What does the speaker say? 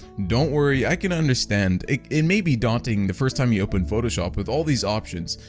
don't worry i can understand it it may be daunting the first time you open photoshop, with all these options.